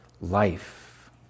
life